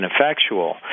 ineffectual